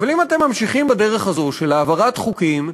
אבל אם אתם ממשיכים בדרך הזאת של העברת חוקים,